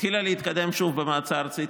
התחילה להתקדם שוב במועצה הארצית,